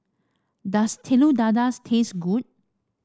does Telur Dadah taste good